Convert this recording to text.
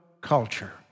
culture